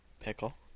Pickle